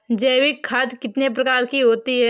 जैविक खाद कितने प्रकार की होती हैं?